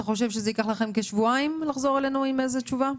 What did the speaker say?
אתה חושב שזה ייקח לכם כשבועיים לחזור אלינו עם איזו תשובה?